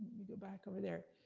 me go back over there.